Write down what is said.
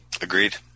Agreed